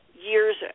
years